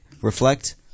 Reflect